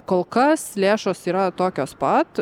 kol kas lėšos yra tokios pat